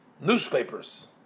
newspapers